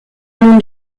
nun